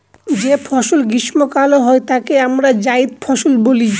যে ফসল গ্রীস্মকালে হয় তাকে আমরা জাইদ ফসল বলি